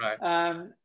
Right